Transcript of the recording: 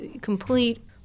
complete